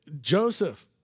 Joseph